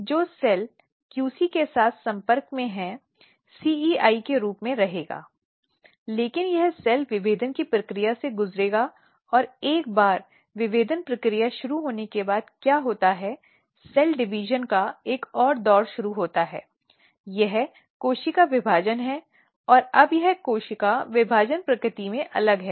जो cell QC के साथ संपर्क में है सीईआई CEI के रूप में रहेगा लेकिन यह सेल विभेदन की प्रक्रिया से गुजरेगा और एक बार विभेदन प्रक्रिया शुरू होने के बाद क्या होता है सेल डिवीजन का एक और दौर शुरू होता है यह कोशिका विभाजन है और अब यह कोशिका विभाजन प्रकृति में अलग है